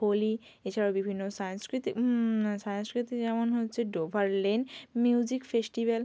হোলি এছাড়াও বিভিন্ন সাংস্কৃতিক সাংস্কৃতিক যেমন হচ্ছে ডোভার লেন মিউজিক ফেস্টিভ্যাল